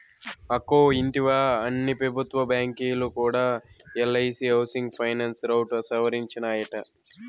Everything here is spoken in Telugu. అక్కో ఇంటివా, అన్ని పెబుత్వ బాంకీలు కూడా ఎల్ఐసీ హౌసింగ్ ఫైనాన్స్ రౌట్ సవరించినాయట